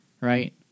Right